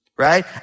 Right